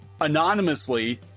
anonymously